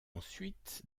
ensuite